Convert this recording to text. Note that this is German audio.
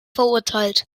verurteilt